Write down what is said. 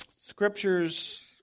scriptures